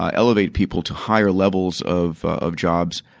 ah elevate people to higher levels of of jobs.